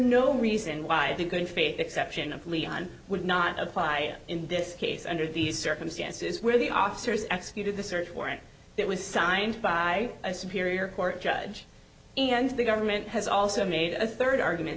no reason why the good faith exception of leon would not apply in this case under these circumstances where the officers executed the search warrant that was signed by a superior court judge and the government has also made a third argument